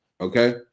Okay